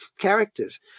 characters